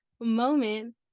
moment